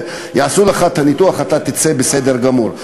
יעשו לך את הניתוח ותצא בסדר גמור.